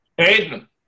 Aiden